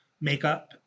makeup